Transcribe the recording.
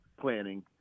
planning